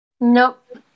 nope